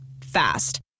Fast